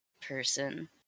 person